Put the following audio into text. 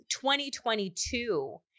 2022